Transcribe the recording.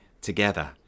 together